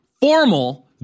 formal